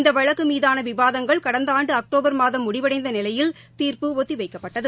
இந்த வழக்கு மீதான விவாதங்கள் கடந்த ஆண்டு அக்டோபர் மாதம் முடிவடைந்த நிலையில் தீர்ப்பு ஒத்திவைக்கப்பட்டது